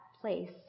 place